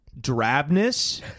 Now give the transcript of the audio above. drabness